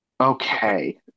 Okay